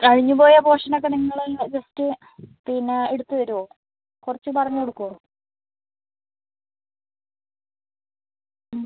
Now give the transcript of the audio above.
കഴിഞ്ഞു പോയ പോര്ഷന് ഒക്കെ നിങ്ങൾ ജസ്റ്റ് പിന്നെ എടുത്ത് തരുവോ കുറച്ച് പറഞ്ഞു കൊടുക്കുവോ മ്